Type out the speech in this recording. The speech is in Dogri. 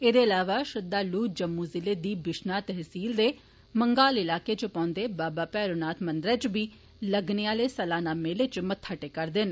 एह्दे अलावा श्रद्दालु जम्मू ज़िले दी बिश्नाह तहसील दे मंगाल इलाके इच पौन्दे बाबा भैरो नाथ मंदरै इच बी लगने आले सलाना मेले इच मत्था टेका'रदे न